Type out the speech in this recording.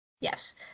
Yes